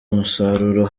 umusaruro